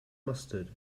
mustard